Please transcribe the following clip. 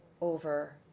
over